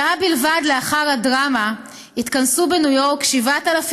שעה בלבד לאחר הדרמה התכנסו בניו יורק 7,000